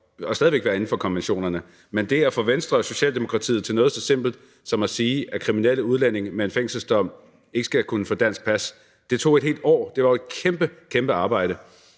og stadig væk befinde os inden for konventionerne. Men det at få Venstre og Socialdemokratiet til noget så simpelt som at sige, at kriminelle udlændinge med en fængselsdom ikke skal kunne få dansk pas, tog et helt år; det var jo et kæmpe, kæmpe arbejde.